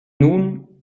nun